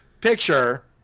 picture